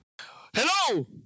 hello